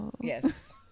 yes